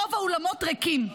ורוב האולמות ריקים.